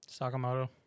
Sakamoto